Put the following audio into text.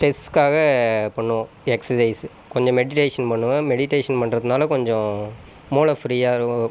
ஸ்ட்ரெஸ்காக பண்ணுவோம் எக்ஸஸைஸ்ஸு கொஞ்சம் மெடிட்டேஷன் பண்ணுவேன் மெடிட்டேஷன் பண்ணுறதுனால கொஞ்சம் மூளை ஃப்ரீயாருக்கும்